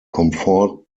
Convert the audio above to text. comfort